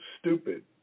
stupid